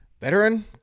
Veteran